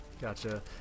Gotcha